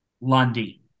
Lundy